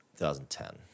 2010